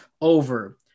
over